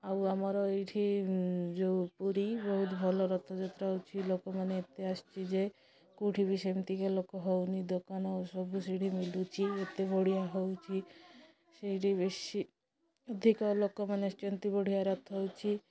ଆଉ ଆମର ଏଇଠି ଯେଉଁ ପୁରୀ ବହୁତ ଭଲ ରଥଯାତ୍ରା ହେଉଛି ଲୋକମାନେ ଏତେ ଆସିଛି ଯେ କେଉଁଠି ବି ସେମିତିକା ଲୋକ ହେଉନି ଦୋକାନ ଆଉ ସବୁ ସେଇଠି ମିଳୁଛି ଏତେ ବଢ଼ିଆ ହେଉଛି ସେଇଠି ବେଶୀ ଅଧିକ ଲୋକମାନେ ଯେମିତି ବଢ଼ିଆ ରଥ ହେଉଛି